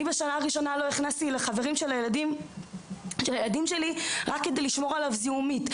בשנה הראשונה לא הכנסתי חברים של הילדים שלי רק כדי לשמור עליו זיהומית.